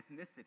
ethnicity